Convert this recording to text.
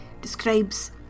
describes